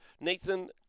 nathan